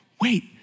Wait